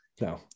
No